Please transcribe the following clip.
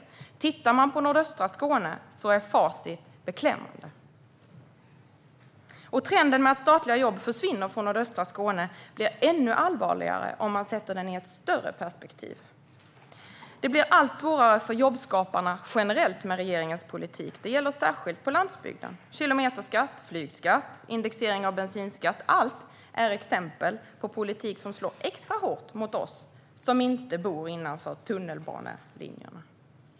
Facit för nordöstra Skåne är beklämmande. Trenden med att statliga jobb försvinner från nordöstra Skåne blir ännu mer allvarlig om man sätter den i ett större perspektiv. Det blir allt svårare för jobbskaparna generellt med regeringens politik. Det gäller särskilt på landsbygden. Det är kilometerskatt, flygskatt och indexering av bensinskatt. Allt är exempel på politik som slår extra hårt mot oss som inte bor innanför tunnelbanelinjerna.